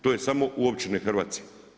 To je samo u općini Hrvace.